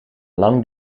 lang